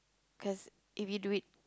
cause if you do it